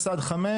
בארץ,